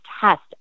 test